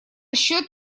счет